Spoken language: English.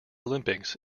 olympics